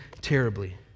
terribly